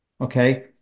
Okay